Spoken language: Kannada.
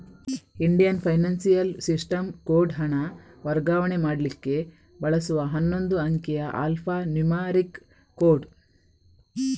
ಇಂಡಿಯನ್ ಫೈನಾನ್ಶಿಯಲ್ ಸಿಸ್ಟಮ್ ಕೋಡ್ ಹಣ ವರ್ಗಾವಣೆ ಮಾಡ್ಲಿಕ್ಕೆ ಬಳಸುವ ಹನ್ನೊಂದು ಅಂಕಿಯ ಆಲ್ಫಾ ನ್ಯೂಮರಿಕ್ ಕೋಡ್